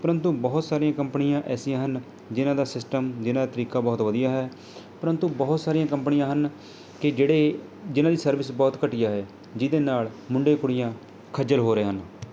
ਪ੍ਰੰਤੂ ਬਹੁਤ ਸਾਰੀਆਂ ਕੰਪਨੀਆਂ ਐਸੀਆਂ ਹਨ ਜਿਨ੍ਹਾਂ ਦਾ ਸਿਸਟਮ ਜਿਨ੍ਹਾਂ ਦਾ ਤਰੀਕਾ ਬਹੁਤ ਵਧੀਆ ਹੈ ਪ੍ਰੰਤੂ ਬਹੁਤ ਸਾਰੀਆਂ ਕੰਪਨੀਆਂ ਹਨ ਕਿ ਜਿਹੜੇ ਜਿਨ੍ਹਾਂ ਦੀ ਸਰਵਿਸ ਬਹੁਤ ਘਟੀਆ ਹੈ ਜਿਹਦੇ ਨਾਲ ਮੁੰਡੇ ਕੁੜੀਆਂ ਖੱਜਲ ਹੋ ਰਹੇ ਹਨ